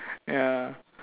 ya